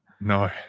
No